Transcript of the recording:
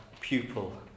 pupil